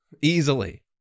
easily